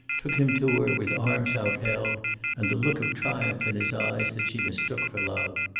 took him to her with arms outheld and the look of triumph in his eyes that she mistook for love.